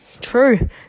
True